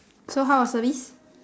so how was service